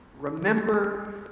Remember